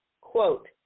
quote